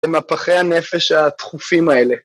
‫למפחי הנפש התכופים האלה.